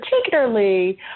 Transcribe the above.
particularly